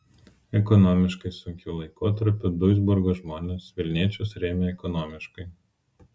ekonomiškai sunkiu laikotarpiu duisburgo žmonės vilniečius rėmė ekonomiškai